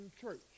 church